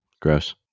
Gross